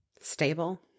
stable